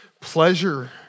pleasure